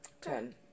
Ten